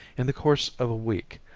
in the course of a week,